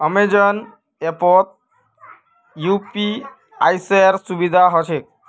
Amazon ऐपत यूपीआईर सुविधा ह छेक